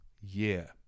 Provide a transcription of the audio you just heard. year